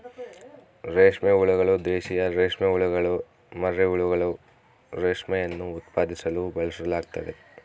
ರೇಷ್ಮೆ ಹುಳುಗಳು, ದೇಶೀಯ ರೇಷ್ಮೆಹುಳುಗುಳ ಮರಿಹುಳುಗಳು, ರೇಷ್ಮೆಯನ್ನು ಉತ್ಪಾದಿಸಲು ಬಳಸಲಾಗ್ತತೆ